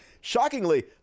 shockingly